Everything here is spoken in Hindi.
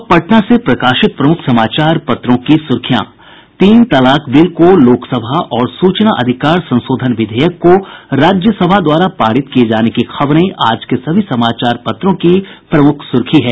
अब पटना से प्रकाशित प्रमुख समाचार पत्रों की सुर्खियां तीन तलाक बिल को लोकसभा और सूचना अधिकार संशोधन विधेयक को राज्यसभा द्वारा पारित किये जाने की खबरें आज के सभी समाचार पत्रों की प्रमुख सुर्खी है